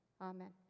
Amen